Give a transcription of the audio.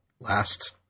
last